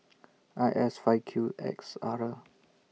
I S five Q X R